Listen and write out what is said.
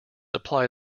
apply